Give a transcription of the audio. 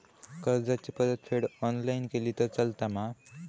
कर्जाची परतफेड ऑनलाइन केली तरी चलता मा?